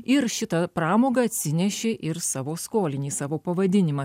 ir šita pramoga atsinešė ir savo skolinį savo pavadinimą